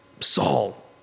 Saul